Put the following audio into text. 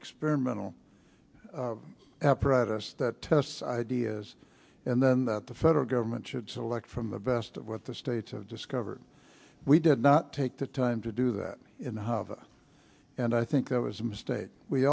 experimental apparatus that tests ideas and then the federal government should select from the best of what the states have discovered we did not take the time to do that in the hov and i think that was a mistake we